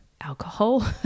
alcohol